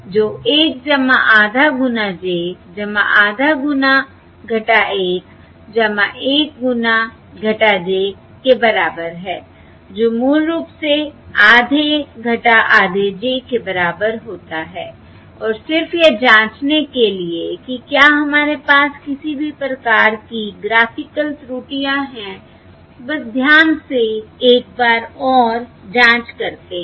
जो 1 आधा गुना j आधा गुना 1 1 गुना - j के बराबर है जो मूल रूप से आधे आधे j के बराबर होता है और सिर्फ यह जांचने के लिए कि क्या हमारे पास किसी भी प्रकार की ग्राफ़िकल त्रुटियां हैं बस ध्यान से एक बार और जाँच करते हैं